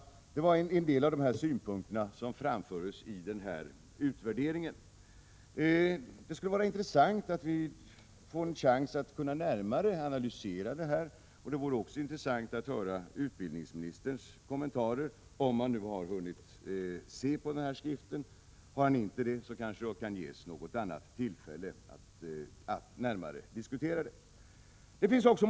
Detta var en del av de synpunkter som framfördes i utvärderingen. Det skulle vara intressant att få en chans att närmare analysera detta, och det vore också intressant att få höra utbildningsministerns kommentarer, om han nu har hunnit se på den här skriften. Har han inte det kanske det kan ges annat tillfälle att närmare diskutera den.